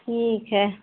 ठीक है